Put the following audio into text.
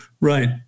Right